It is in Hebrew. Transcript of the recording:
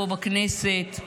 פה בכנסת,